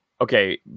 okay